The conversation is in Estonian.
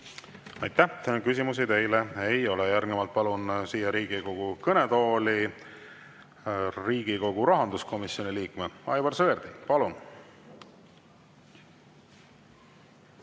teile! Küsimusi teile ei ole. Järgnevalt palun siia Riigikogu kõnetooli Riigikogu rahanduskomisjoni liikme Aivar Sõerdi. Palun!